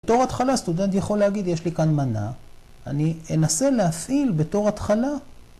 ‫בתור התחלה, ‫הסטודנט יכול להגיד, יש לי כאן מנה. ‫אני אנסה להפעיל בתור התחלה...